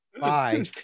Bye